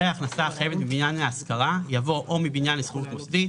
אחרי "ההכנסה החייבת מבניין להשכרה" יבוא "או מבניין לשכירות מוסדית",